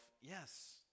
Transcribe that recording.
yes